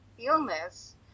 illness